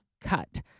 cut